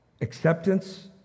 acceptance